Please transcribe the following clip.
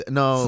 no